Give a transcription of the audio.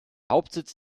hauptsitz